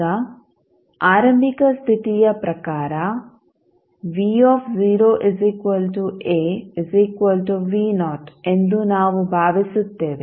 ಈಗ ಆರಂಭಿಕ ಸ್ಥಿತಿಯ ಪ್ರಕಾರ ಎಂದು ನಾವು ಭಾವಿಸುತ್ತೇವೆ